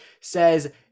says